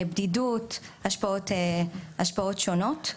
בדידות והשפעות שונות.